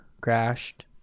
Crashed